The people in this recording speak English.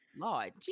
Lord